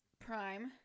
Prime